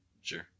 Sure